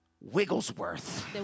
Wigglesworth